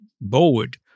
board